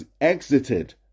exited